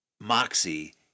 moxie